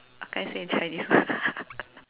I can't say it in Chinese